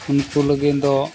ᱩᱱᱠᱩ ᱞᱟᱹᱜᱤᱫ ᱫᱚ